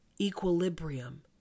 equilibrium